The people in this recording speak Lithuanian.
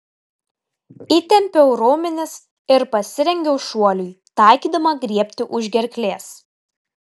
įtempiau raumenis ir pasirengiau šuoliui taikydama griebti už gerklės